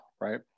right